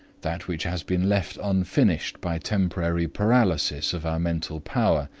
that which has been left unfinished by temporary paralysis of our mental power,